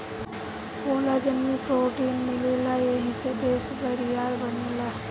collagen में protein मिलेला एही से देह बरियार बनेला